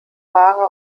ware